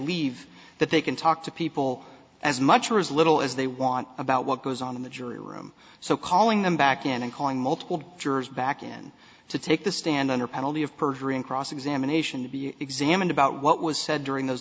leave that they can talk to people as much or as little as they want about what goes on in the jury room so calling them back in and calling multiple jurors back in to take the stand under penalty of perjury and cross examination to be examined about what was said during those